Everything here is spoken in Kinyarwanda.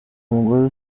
umugore